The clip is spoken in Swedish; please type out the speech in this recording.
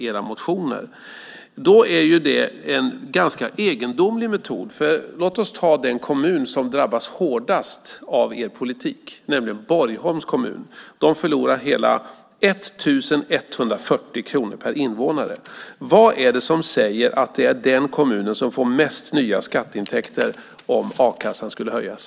Då tycker vi att det är en ganska egendomlig metod. Låt oss ta den kommun som drabbas hårdast av er politik, nämligen Borgholms kommun. De förlorar hela 1 140 kronor per invånare. Vad är det som säger att det är den kommunen som får mest nya skatteintäkter om a-kassan skulle höjas?